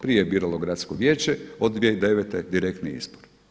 Prije je biralo gradsko vijeće, od 2009. direktni izbor.